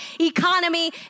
economy